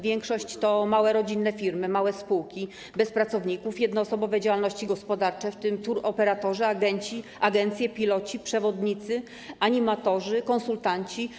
Większość to małe rodzinne firmy, małe spółki bez pracowników, jednoosobowe działalności gospodarcze, w tym touroperatorzy, agencje, piloci, przewodnicy, animatorzy, konsultanci.